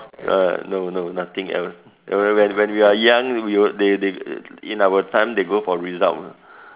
uh no no nothing else when when when we are young they they in our time they go for result lah